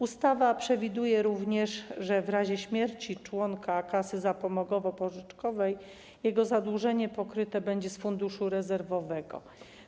Ustawa przewiduje również, że w razie śmierci członka kasy zapomogowo-pożyczkowej jego zadłużenie pokryte będzie z funduszu rezerwowego.